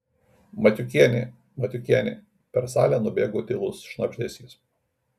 matiukienė matiukienė per salę nubėgo tylus šnabždesys